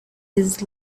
his